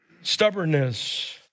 Stubbornness